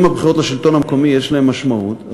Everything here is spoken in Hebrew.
אם לבחירות לשלטון המקומי יש משמעות,